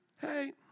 hey